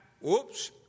whoops